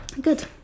Good